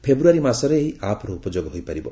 ଫେବ୍ୟାରୀ ମାସରେ ଏହି ଆପ୍ର ଉପଯୋଗ ହୋଇପାରିବ